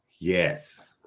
Yes